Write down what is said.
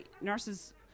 nurses